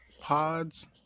pods